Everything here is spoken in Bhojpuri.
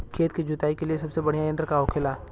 खेत की जुताई के लिए सबसे बढ़ियां यंत्र का होखेला?